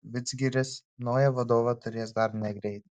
vidzgiris naują vadovą turės dar negreit